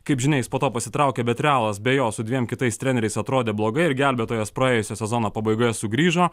kaip žinia jis po to pasitraukė bet realas be jo su dviem kitais treneriais atrodė blogai ir gelbėtojas praėjusio sezono pabaigoje sugrįžo